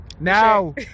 now